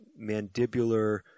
mandibular